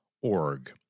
org